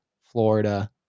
florida